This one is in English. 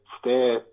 stay